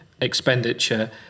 expenditure